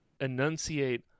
enunciate